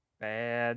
Bad